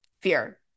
fear